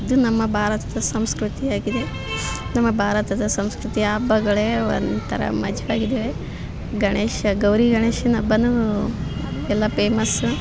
ಇದು ನಮ್ಮ ಭಾರತದ ಸಂಸ್ಕೃತಿಯಾಗಿದೆ ನಮ್ಮ ಭಾರತದ ಸಂಸ್ಕೃತಿ ಹಬ್ಬಗಳೇ ಒಂಥರ ಮಜವಾಗಿದವೆ ಗಣೇಶ ಗೌರಿ ಗಣೇಶನ ಹಬ್ಬನೂ ಎಲ್ಲ ಪೇಮಸ್ಸು